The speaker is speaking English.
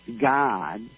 God